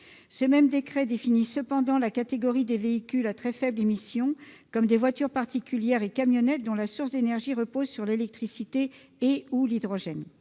Ce même décret définit cependant la catégorie des véhicules à très faibles émissions comme des voitures particulières et camionnettes dont la source d'énergie repose sur l'électricité et/ou l'hydrogène.